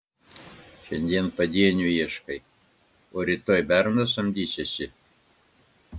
šiandien padienių ieškai o rytoj berną samdysiesi